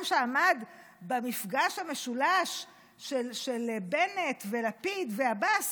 שעמד במפגש המשולש של בנט ולפיד ועבאס,